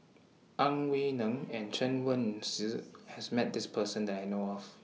Ang Wei Neng and Chen Wen Hsi has Met This Person that I know of